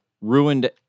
ruined